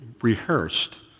rehearsed